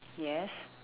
yes